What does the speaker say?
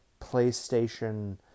PlayStation